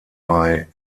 bei